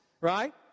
Right